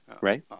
Right